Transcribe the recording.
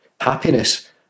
Happiness